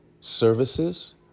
services